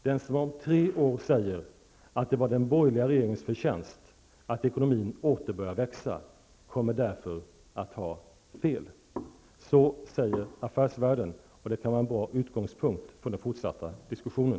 - Den som om tre år säger att det var den borgerliga regeringens förtjänst att ekonomin åter började växa kommer därför att ha fel.'' Så säger Affärsvärlden, och det kan vara en bra utgångspunkt för den fortsatta diskussionen.